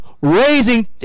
raising